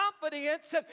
confidence